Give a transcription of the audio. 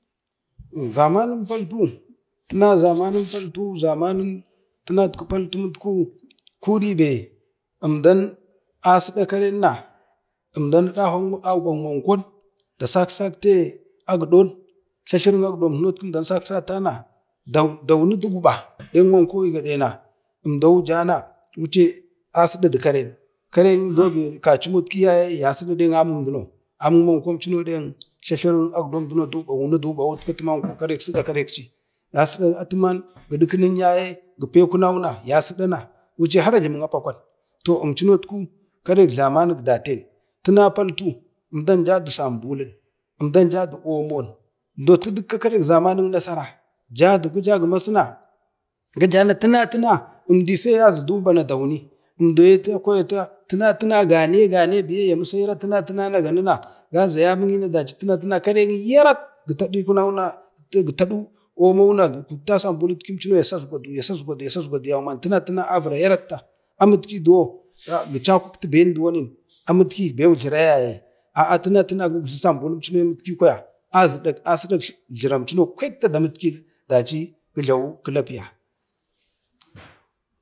zamanu patlu, zamanu paltu zamanu tinat ku paltum itku kuribe umdan asiɗa kerenna umdau a guɓan mankon da saksakte aguɗon tletlerin agɗonna dauni du guɓa, duguɓana wuce asiɗadu kəren, karemdo be kaci mot ki yasiɗa nek amum, duno mankon chuno nek tlatlerim agɗomcho du gubau atiman karek siɗa karekci, atiman giɗikin yaye gipe kunau na yasiɗa na har jlemun apakwan toh əmchunot ku karek zamanik daten, tuna paltu əmdau jadu sambulun, əmdau jadu amon dukka karek zamanik nasaran jadu gija gi masuno tuna tuna umdi saiyazu dugwuɓa na dauni tina gane gane yamisera na gari na gaze amun karenyi yaratta gi taɗi kunuk omo na ya sasgwa ya sasgwa na avira ya ratta, amit ki duwon gi cakuptu ben jlira yaye guktu sambuluchuno na a siɗak jlira m cuna kwetta damutki daci gu jlawu kilapiya.